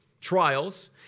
trials